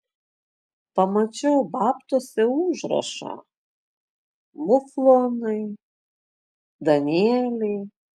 pamačiau babtuose užrašą muflonai danieliai